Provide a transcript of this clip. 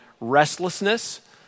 restlessness